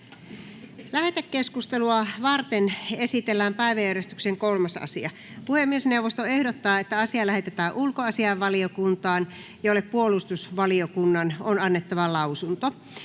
Lähetekeskustelua varten esitellään päiväjärjestyksen 3. asia. Puhemiesneuvosto ehdottaa, että asia lähetetään ulkoasiainvaliokuntaan, jolle puolustusvaliokunnan on annettava lausunto.